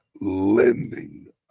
lending